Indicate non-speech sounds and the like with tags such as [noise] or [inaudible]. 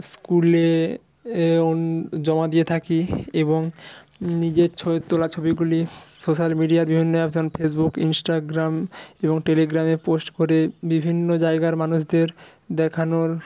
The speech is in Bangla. স্কুলে [unintelligible] জমা দিয়ে থাকি এবং নিজের তোলা ছবিগুলি সোশ্যাল মিডিয়া বিভিন্ন অপশন ফেসবুক ইনস্টাগ্রাম এবং টেলিগ্রামে পোস্ট করে বিভিন্ন জায়গার মানুষদের দেখানোর